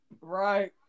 Right